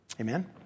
Amen